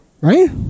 Right